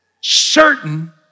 certain